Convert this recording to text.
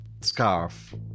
Scarf